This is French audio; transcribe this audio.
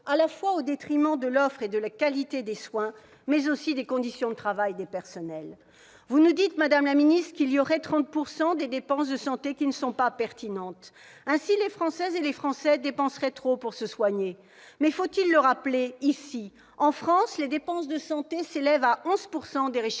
à la fois au détriment de l'offre et de la qualité des soins, mais aussi des conditions de travail des personnels ? Vous nous dites, madame la ministre, que 30 % des dépenses de santé ne seraient pas pertinentes. Ainsi, les Françaises et les Français dépenseraient trop pour se soigner ! Faut-il rappeler qu'en France les dépenses de santé s'élèvent à 11 % des richesses